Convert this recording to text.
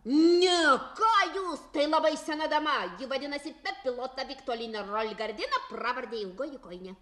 ne ką jūs tai labai sena dama vadinasi pepilotaviktolina raigardina pravarde ilgoji kojinė